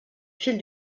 fil